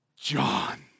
John